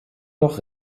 noch